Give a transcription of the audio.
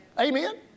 Amen